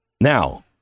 Now